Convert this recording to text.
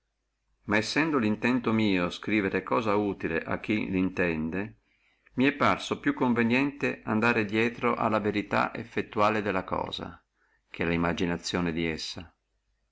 ma sendo lintento mio scrivere cosa utile a chi la intende mi è parso più conveniente andare drieto alla verità effettuale della cosa che alla immaginazione di essa